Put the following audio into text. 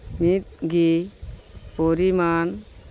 ᱢᱤᱫ ᱜᱮ ᱯᱚᱨᱤᱢᱟᱱ